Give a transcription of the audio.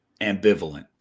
ambivalent